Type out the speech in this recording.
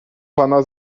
pana